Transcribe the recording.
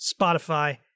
Spotify